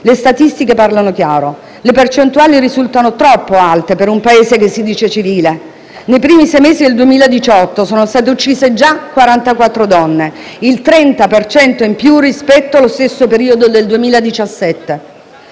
Le statistiche parlano chiaro. Le percentuali risultano troppo alte per un Paese che si dice civile: nei primi sei mesi del 2018 sono state uccise già 44 donne, il 30 per cento in più rispetto allo stesso periodo del 2017.